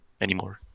anymore